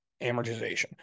amortization